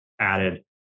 added